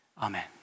Amen